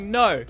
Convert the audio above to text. no